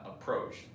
approach